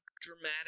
dramatic